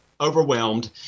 overwhelmed